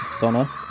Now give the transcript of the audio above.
Donna